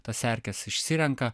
tas erkes išsirenka